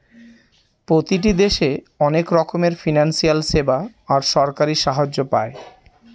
প্রতিটি দেশে অনেক রকমের ফিনান্সিয়াল সেবা আর সরকারি সাহায্য পায়